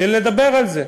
של לדבר על זה.